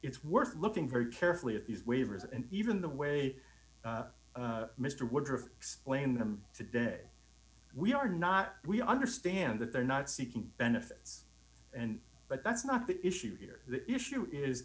it's worth looking very carefully at these waivers and even the way mr woodruff explained them today we are not we understand that they're not seeking benefits and but that's not the issue here the issue is